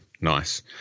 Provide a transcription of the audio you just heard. nice